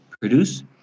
produce